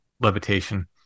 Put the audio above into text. levitation